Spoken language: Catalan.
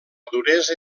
duresa